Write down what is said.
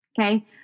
okay